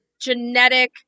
genetic